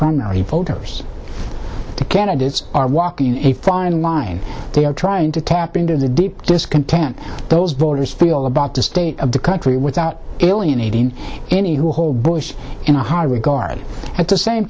primary voters the candidates are walking a fine line they are trying to tap into the deep discontent those voters feel about the state of the country without eliminating any who hold bush in a high regard at the same